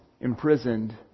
imprisoned